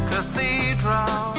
Cathedral